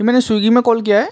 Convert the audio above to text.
ये मैंने स्विगी में कॉल किया है